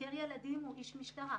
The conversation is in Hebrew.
חוקר ילדים הוא איש משטרה.